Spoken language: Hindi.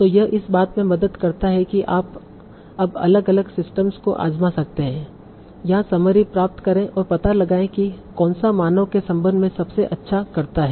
तो यह इस बात में मदद करता है कि आप अब अलग अलग सिस्टम्स को आज़मा सकते हैं यहाँ समरी प्राप्त करें और पता लगाएं कि कौनसा मानव के संबंध में सबसे अच्छा करता है